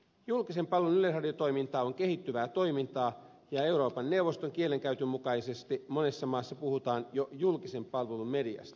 julkisen palvelun yleisradiotoiminta on kehittyvää toimintaa ja euroopan neuvoston kielenkäytön mukaisesti monessa maassa puhutaan jo julkisen palvelun mediasta